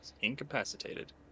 Incapacitated